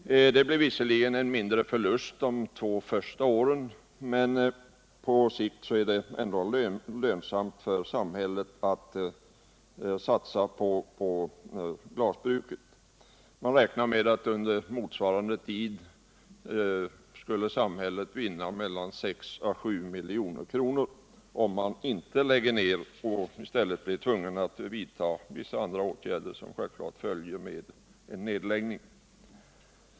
Det blir visserligen en mindre förlust de två första åren, men på sikt är det ändå lönsamt för samhället att satsa på glasbruket. Man räknar med att samhället skulle vinna 6-7 milj.kr. om man inte lägger ned glasbruket i stället för att vid en nedläggning tvingas vidta vissa kostnadskrävande åtgärder som självfallet följer med en sådan.